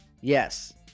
Yes